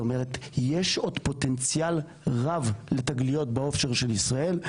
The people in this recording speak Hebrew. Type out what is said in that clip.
זאת אומרת יש עוד פוטנציאל רב לתגליות ב- offshoreשל ישראל,